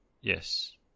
yes